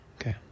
okay